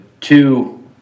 two